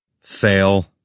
Fail